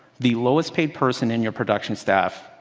the lowest paid person in your production staff,